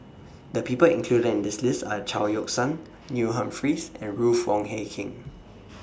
The People included in This list Are Chao Yoke San Neil Humphreys and Ruth Wong Hie King